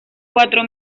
cuatro